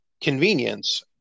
convenience